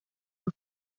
nos